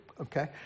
okay